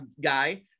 guy